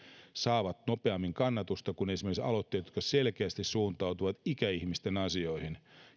saavat nopeammin kannatusta kuin esimerkiksi aloitteet jotka selkeästi suuntautuvat ikäihmisten asioihin